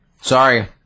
Sorry